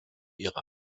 ihre